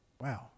Wow